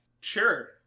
sure